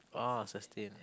oh sustain